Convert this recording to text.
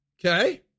Okay